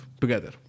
together